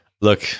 look